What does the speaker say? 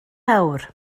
awr